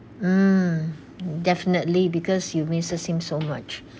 mm definitely because you misses him so much